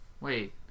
wait